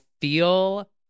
feel